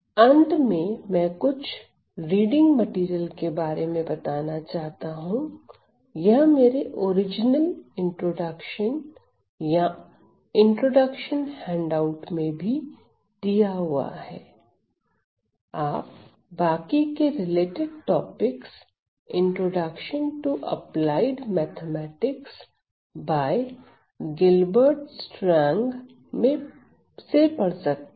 अंत में मैं कुछ रीडिंग मैटेरियल के बारे में बताना चाहता हूं यह मेरे ओरिजिनल इंट्रोडक्शन या इंट्रोडक्शन हैंड आउट में भी दिया हुआ है आप बाकी के related topics introduction to applied mathematics by Gilbert Strang से पढ़ सकते हैं